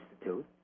institute